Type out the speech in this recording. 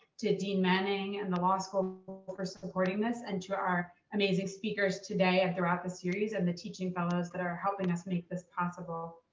to dean manning and the law school for supporting this, and to our amazing speakers today and throughout this series, and the teaching fellows that are helping us make this possible.